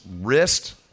wrist